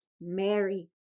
Mary